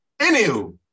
anywho